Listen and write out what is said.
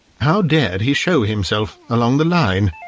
how dared he show himself along the line?